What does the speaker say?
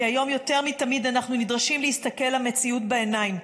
כי היום יותר מתמיד אנחנו נדרשים להסתכל למציאות בעיניים.